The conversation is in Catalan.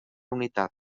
unitat